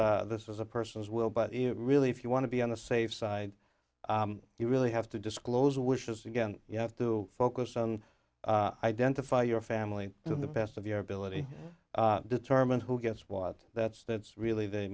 s this was a person's will but really if you want to be on the safe side you really have to disclose wishes again you have to focus on identify your family in the best of your ability determine who gets what that's that's really they